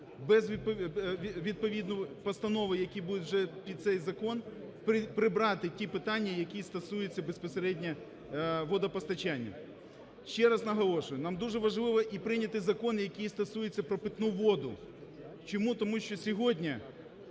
відповідну постанови, які будуть вже під цей закон, прибрати ті питання, які стосуються безпосередньо водопостачання. Ще раз наголошую, нам дуже важливо і прийняти закон, який стосується про питну воду. Чому? Тому що сьогодні